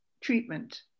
treatment